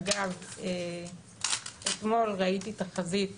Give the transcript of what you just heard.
אגב, אתמול ראיתי תחזית